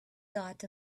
dot